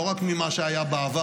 לא רק ממה שהיה בעבר,